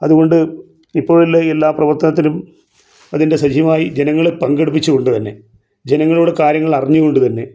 അതുകൊണ്ട് ഇപ്പൊഴുള്ള എല്ലാ പ്രവർത്തനത്തിനും അതിൻ്റെ സജീവമായി ജനങ്ങളെ പങ്കെടുപ്പിച്ചു കൊണ്ട് തന്നെ ജനങ്ങളുടെ കാര്യങ്ങൾ അറിഞ്ഞുകൊണ്ട് തന്നെ